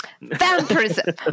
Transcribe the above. vampirism